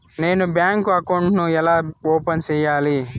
నేను bank account ను ఎలా ఓపెన్ సేయాలి?